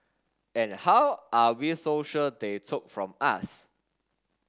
and how are we so sure they took from us